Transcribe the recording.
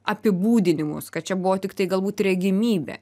apibūdinimus kad čia buvo tiktai galbūt regimybė